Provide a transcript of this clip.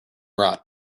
rot